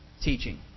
teaching